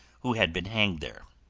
who had been hanged there.